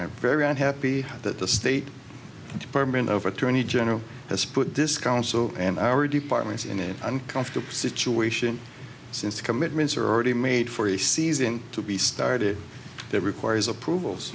am very unhappy that the state department of attorney general has put this council and our departments in an uncomfortable situation since the commitments are already made for the season to be started that requires approvals